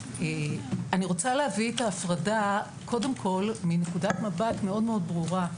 אני רוצה להביא את ההפרדה קודם כל מנקודת מבט מאוד ברורה.